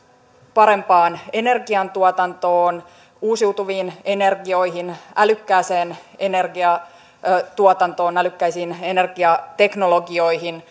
parempaan energiantuotantoon uusiutuviin energioihin älykkääseen energiantuotantoon älykkäisiin energiateknologioihin